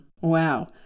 Wow